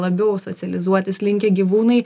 labiau socializuotis linkę gyvūnai